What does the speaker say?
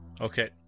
Okay